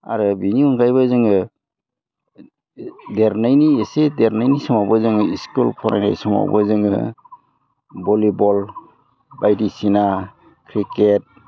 आरो बिनि अनगायैबो जोङो देरनायनि एसे देरनायनि समावबो जोङो स्कुल फरायनाय समावबो जोङो भलिबल बायदिसिना क्रिकेट